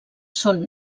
són